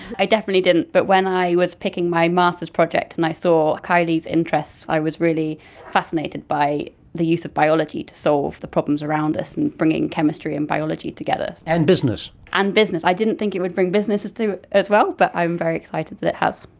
i definitely didn't. but when i was picking my masters project and i saw kylie's interest, i was really fascinated by the use of biology to solve the problems around us and bringing chemistry and biology together. and business. and business. i didn't think it would bring business into it as well, but i'm very excited that it has.